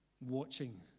watching